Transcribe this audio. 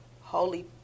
holy